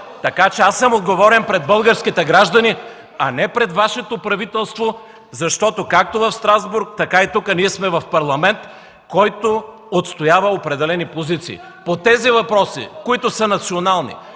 Така че аз съм отговорен пред българските граждани, а не пред Вашето правителство, защото както в Страсбург, така и тук ние сме в парламент, който отстоява определени позиции. (Реплика от народния